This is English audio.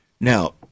Now